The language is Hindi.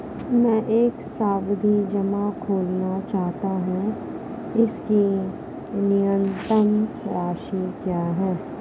मैं एक सावधि जमा खोलना चाहता हूं इसकी न्यूनतम राशि क्या है?